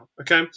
Okay